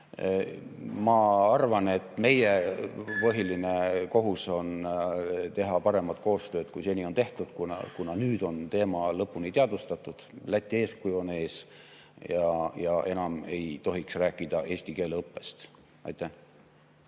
ma arvan, et meie põhiline kohus on teha paremat koostööd, kui seni on tehtud, kuna nüüd on teema lõpuni teadvustatud, Läti eeskuju on ees ja enam ei tohiks rääkida eesti keele õppest. Aitäh!